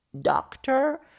doctor